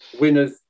winners